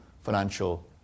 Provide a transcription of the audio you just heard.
financial